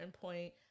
point